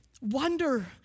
Wonder